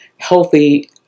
healthy